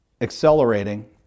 accelerating